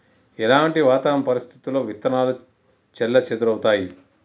ఎలాంటి వాతావరణ పరిస్థితుల్లో విత్తనాలు చెల్లాచెదరవుతయీ?